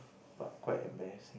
but quite embarrassing